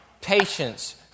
patience